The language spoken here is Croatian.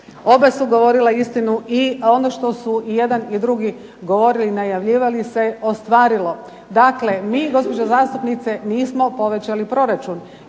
Oba su govorila istinu i ono što su i jedan i drugi govorili i najavljivali se ostvarilo. Dakle, mi gospođo zastupnice nismo povećali proračun